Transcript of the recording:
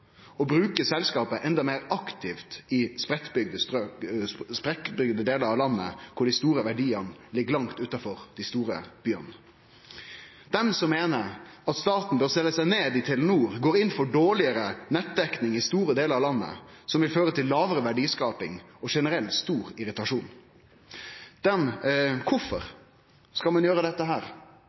bruke selskapet enda meir aktivt i spreiddbygde delar av landet, kor dei store verdiane ligg langt utanfor dei store byane. Dei som meiner at staten bør selje seg ned i Telenor, går inn for dårlegare nettdekning i store delar av landet, som vil føre til lågare verdiskaping og generelt stor irritasjon. Kvifor skal ein gjere dette?